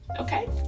Okay